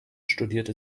studierte